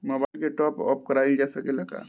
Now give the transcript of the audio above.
Mobile के टाप आप कराइल जा सकेला का?